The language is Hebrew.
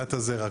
נטילת הזרע,